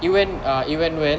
it went ah it went well